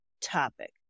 topic